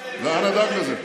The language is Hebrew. ואנא, דאג לזה.